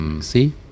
See